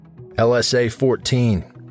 LSA-14